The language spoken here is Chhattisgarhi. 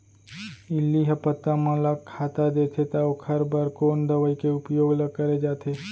इल्ली ह पत्ता मन ला खाता देथे त ओखर बर कोन दवई के उपयोग ल करे जाथे?